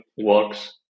works